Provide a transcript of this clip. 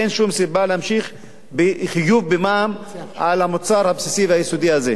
אין שום סיבה להמשיך בחיוב במע"מ על המוצר הבסיסי והיסודי הזה.